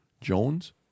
Jones